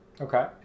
Okay